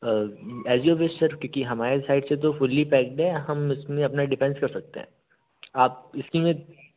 as you wish sir क्योंकि हमारे side से तो फ़ुल्ली पैक्ड है हम इसमें अपना डिफ़ेंस कर सकते हैं आप इसके लिए